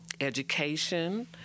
education